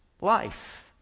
life